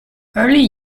early